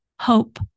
Hope